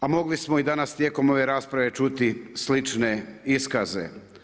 A mogli smo i danas tijekom ove rasprave čuti slične iskaze.